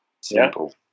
Simple